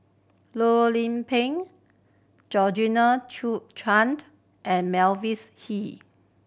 Loh Lik Peng Chen and Mavis Hee